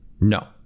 no